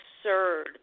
absurd